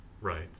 Right